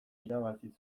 irabazi